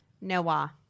Noah